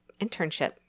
internship